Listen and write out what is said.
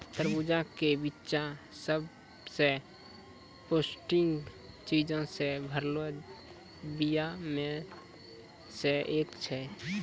तरबूजा के बिच्चा सभ से पौष्टिक चीजो से भरलो बीया मे से एक छै